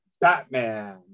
Batman